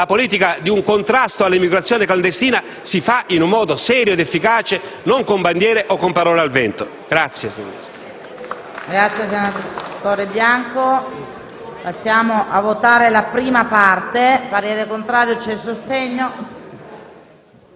La politica di contrasto all'immigrazione clandestina si fa in un modo serio ed efficace, e non con bandiere o con parole al vento. *(Applausi dal